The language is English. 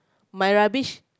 my rubbish